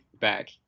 back